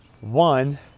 one